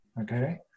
okay